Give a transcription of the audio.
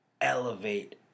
elevate